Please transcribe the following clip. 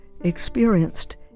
experienced